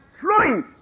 flowing